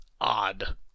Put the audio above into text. odd